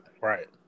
right